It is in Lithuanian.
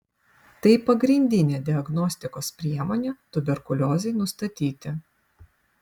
tai pagrindinė diagnostikos priemonė tuberkuliozei nustatyti